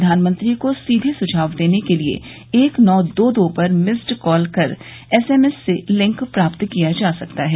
प्रधानमंत्री को सीधे सुझाव देने के लिए एक नौ दो दो पर मिस्ड कॉल कर एस एम एस से लिंक प्राप्त किया जा सकता है